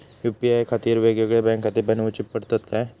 UPI खातीर येगयेगळे बँकखाते बनऊची पडतात काय?